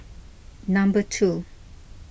number two